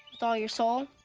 with all your soul,